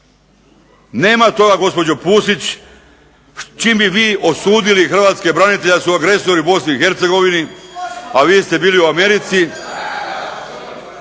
Nema toga gospođo PUsić s čim bi vi osudili hrvatske branitelje da su agresori u BiH, a vi ste bili u Americi,